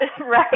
right